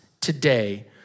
today